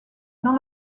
dans